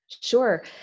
Sure